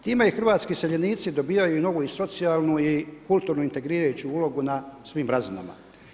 Time hrvatski iseljenici dobivaju novu i socijalnu i kulturnu integrirajuću ulogu na svim razinama.